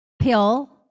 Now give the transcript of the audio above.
pill